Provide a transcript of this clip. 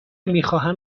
میخواهم